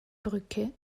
brücke